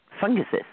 funguses